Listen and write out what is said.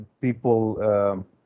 people